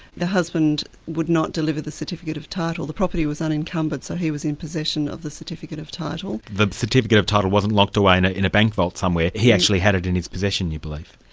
the husband would not deliver the certificate of title. the property was unencumbered, so he was in possession of the certificate of title. the certificate of title wasn't locked away in ah in a bank vault somewhere, he actually had it in his possession you believe?